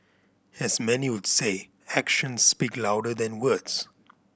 as many would say actions speak louder than words